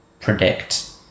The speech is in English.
predict